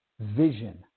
vision